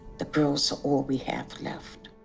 the girls are all we have left.